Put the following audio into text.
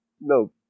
No